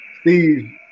Steve